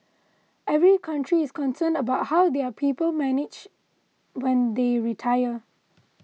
every country is concerned about how their people manage when they retire